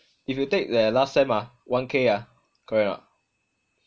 if you take the last sem ah one k ah correct or not